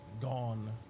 gone